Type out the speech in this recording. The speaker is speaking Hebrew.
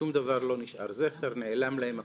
משום דבר לא נשאר זכר, נעלם להם הכול.